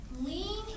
Lean